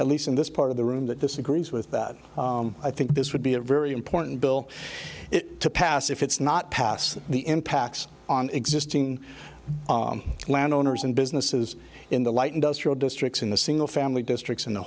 at least in this part of the room that this agrees with that i think this would be a very important bill to pass if it's not passed the impacts on existing landowners and businesses in the light industrial districts in the single family districts in the